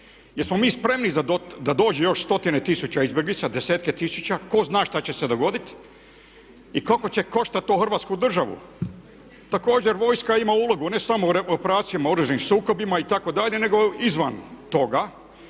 Jesmo mi spremni da dođe još stotine tisuća izbjeglica, desetke tisuća, tko zna što će se dogoditi i koliko će koštat to Hrvatsku državu. Također vojska ima ulogu ne samo u operacijama, oružanim sukobima itd. nego i izvan toga.